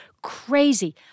crazy